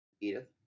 edith